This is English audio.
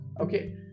Okay